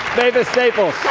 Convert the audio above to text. mavis staples.